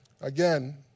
Again